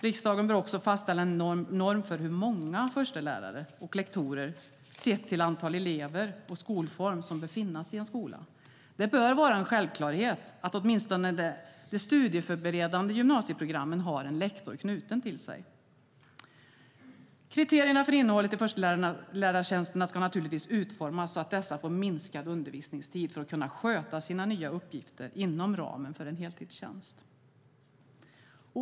Riksdagen bör också fastställa en norm för hur många förstelärare och lektorer som, sett till antalet elever och skolform, bör finnas i en skola. Det bör vara en självklarhet att åtminstone de studieförberedande gymnasieprogrammen har lektorer knutna till sig. Kriterierna för innehållet i förstelärartjänsterna ska naturligtvis utformas så att dessa får minskad undervisningstid för att kunna sköta sina nya uppgifter inom ramen för en heltidstjänst.